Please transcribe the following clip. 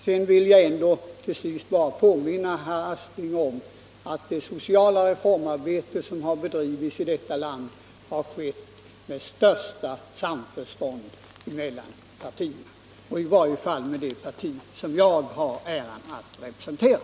Jag vill till sist påminna herr Aspling om att det sociala reformarbete som har bedrivits i detta land har skett i största samförstånd mellan partierna — i alla fall när det gäller det parti som jag har äran att representera.